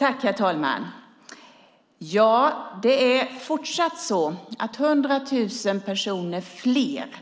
Herr talman! Det är fortsatt så att 100 000 personer fler